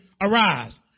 arise